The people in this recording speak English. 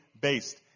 based